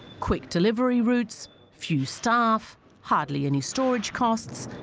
quick delivery routes few staff hardly any storage costs.